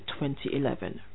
2011